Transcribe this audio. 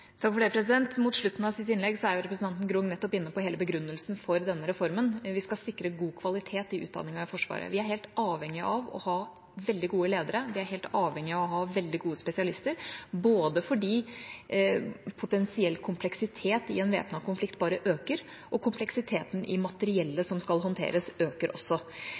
Mot slutten av sitt innlegg er representanten Grung nettopp inne på hele begrunnelsen for denne reformen: Vi skal sikre god kvalitet i utdanningen i Forsvaret. Vi er helt avhengig av å ha veldig gode ledere. Vi er helt avhengig av å ha veldig gode spesialister, både fordi en potensiell kompleksitet i en væpnet konflikt bare øker, og fordi kompleksiteten i materiellet som skal håndteres, også øker.